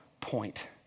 point